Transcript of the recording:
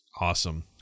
Awesome